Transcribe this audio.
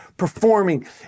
performing